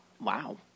Wow